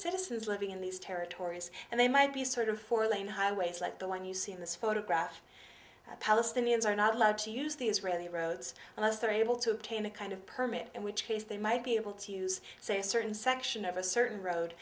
citizens living in these territories and they might be sort of four lane highways like the one you see in this photograph the palestinians are not allowed to use the israeli roads unless they're able to obtain a kind of permit in which case they might be able to use say a certain section of a certain road